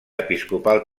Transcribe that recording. episcopal